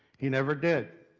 he never did.